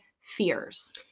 fears